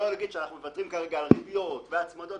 להגיד שאנחנו מוותרים על ריביות והצמדות?